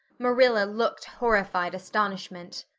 marilla looked horrified astonishment.